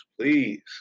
please